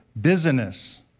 business